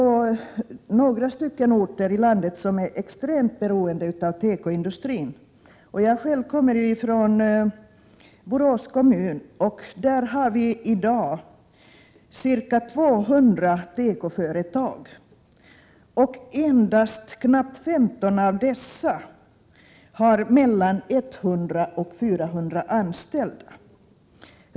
Några orter i landet är extremt beroende av tekoindustrin. Jag kommer själv från Borås kommun, där vi i dag har ca 200 tekoföretag. Endast knappt 15 av dessa har mellan 100 och 400 anställda.